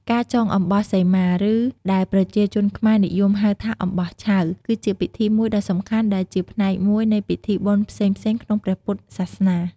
ការចងអំបោះសីមា ឬដែលប្រជាជនខ្មែរនិយមហៅថាអំបោះឆៅ គឺជាពិធីមួយដ៏សំខាន់ដែលជាផ្នែកមួយនៃពិធីបុណ្យផ្សេងៗក្នុងព្រះពុទ្ធសាសនា។